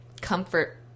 comfort